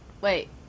wait